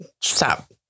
Stop